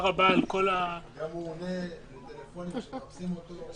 הוא גם עונה לטלפונים כשמחפשים אותו.